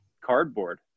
cardboard